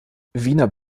wiener